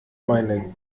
meine